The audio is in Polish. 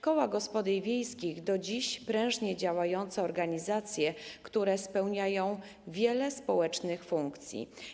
Koła gospodyń wiejskich to dziś prężnie działające organizacje, które spełniają wiele społecznych funkcji.